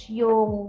yung